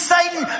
Satan